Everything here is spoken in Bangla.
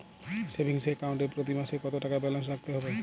সেভিংস অ্যাকাউন্ট এ প্রতি মাসে কতো টাকা ব্যালান্স রাখতে হবে?